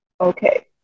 Okay